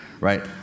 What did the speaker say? right